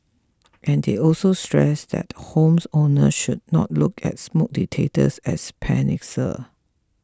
and they also stressed that homes owners should not look at smoke detectors as panacea